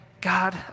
God